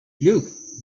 look